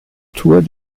tour